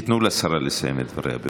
תיתנו לשרה לסיים את דבריה.